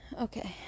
Okay